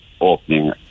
opening